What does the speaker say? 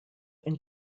and